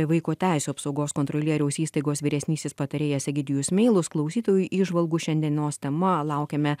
vaiko teisių apsaugos kontrolieriaus įstaigos vyresnysis patarėjas egidijus meilus klausytojų įžvalgų šiandienos tema laukiame